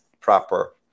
proper